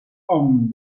hommes